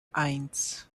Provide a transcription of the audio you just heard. eins